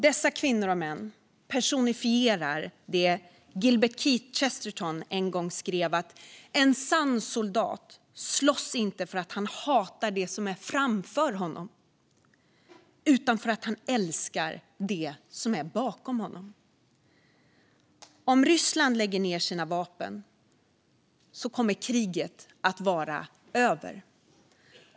Dessa kvinnor och män personifierar det Gilbert Keith Chesterton en gång skrev: En sann soldat slåss inte för att han hatar det som är framför honom utan för att han älskar det som är bakom honom. Om Ryssland lägger ned sina vapen kommer kriget att vara över.